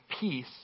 peace